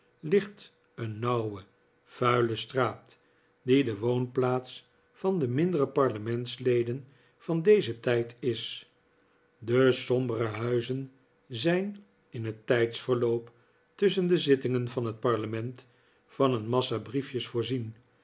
ligt een nauwe vuile straat die de woonplaats van de mindere parlementsleden van dezen tijd is de sombere huizen zijn in het tijdsverloop tusschen de zittingen van het parlenient van een massa brief jes voorzien